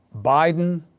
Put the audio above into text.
Biden